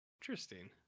interesting